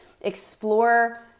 explore